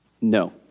No